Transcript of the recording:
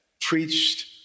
preached